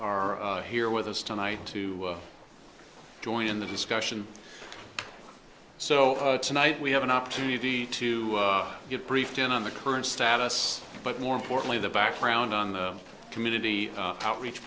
are here with us tonight to join in the discussion so tonight we have an opportunity to get briefed in on the current status but more importantly the background on the community outreach